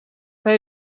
bij